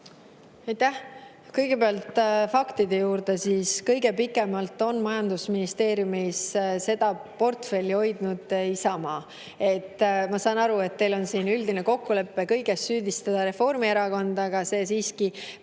Aitäh! Kõigepealt faktide juurde. Kõige pikemalt on majandusministeeriumis seda portfelli hoidnud Isamaa. Ma saan aru, et teil on siin üldine kokkulepe süüdistada kõiges Reformierakonda, aga see siiski